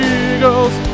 eagles